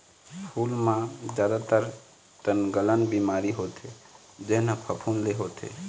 फूल म जादातर तनगलन बिमारी होथे जेन ह फफूंद ले होथे